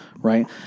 Right